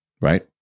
right